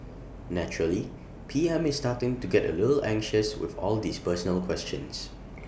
naturally P M is starting to get A little anxious with all these personal questions